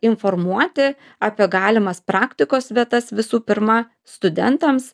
informuoti apie galimas praktikos vietas visų pirma studentams